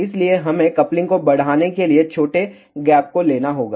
इसलिए हमें कपलिंग को बढ़ाने के लिए छोटे गैप को लेना होगा